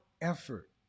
effort